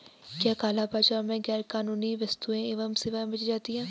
क्या काला बाजार में गैर कानूनी वस्तुएँ एवं सेवाएं बेची जाती हैं?